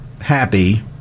happy